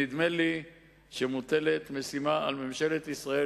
נדמה לי שמוטלת משימה על ממשלת ישראל,